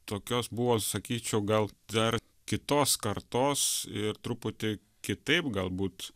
tokios buvo sakyčiau gal dar kitos kartos ir truputį kitaip galbūt